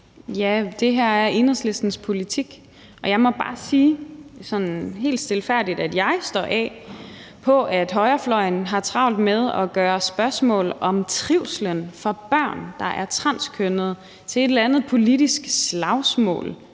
Ja, det her er Enhedslistens politik, og jeg må bare sige sådan helt stilfærdigt, at jeg står af på, at højrefløjen har travlt med at gøre spørgsmål om trivslen for børn, der er transkønnede, til et eller andet politisk slagsmål,